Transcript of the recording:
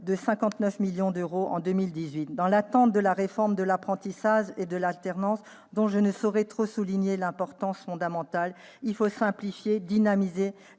de 59 millions d'euros en 2018, dans l'attente de la réforme de l'apprentissage et de l'alternance, dont je ne saurais trop souligner l'importance fondamentale : il faut simplifier, dynamiser,